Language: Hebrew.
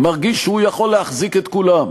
מרגיש שהוא יכול להחזיק את כולם.